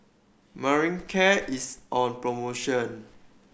Manicare is on promotion